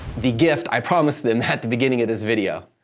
the gift i promised them at the beginning of this video.